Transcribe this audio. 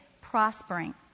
prospering